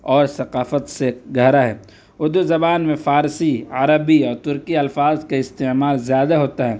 اور ثقافت سے گہرا ہے اردو زبان میں فارسی عربی اور ترکی الفاظ کے استعمال زیادہ ہوتا ہے